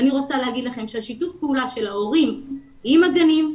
אני רוצה להגיד לכם ששיתוף הפעולה של ההורים עם הגנים,